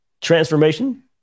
transformation